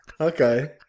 Okay